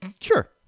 Sure